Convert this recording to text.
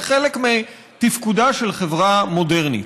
זה חלק מתפקודה של חברה מודרנית.